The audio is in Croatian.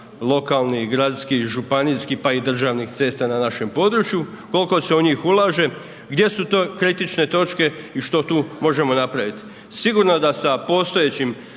lokalnih, gradskih, županijskih, pa i državnih cesta na našem području, kolko se u njih ulaže, gdje su to kritične točke i što tu možemo napravit. Sigurno da sa postojećim